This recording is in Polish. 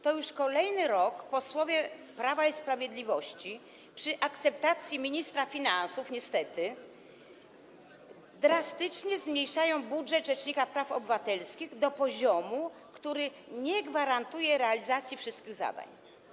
To już kolejny rok posłowie Prawa i Sprawiedliwości, przy akceptacji ministra finansów niestety, drastycznie zmniejszają budżet rzecznika praw obywatelskich, do poziomu, który nie gwarantuje realizacji wszystkich zadań.